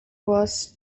was